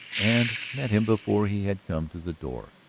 and met him before he had come to the door.